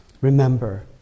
Remember